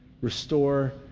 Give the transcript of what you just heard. restore